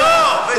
וזה לא, וזה לא.